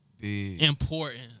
important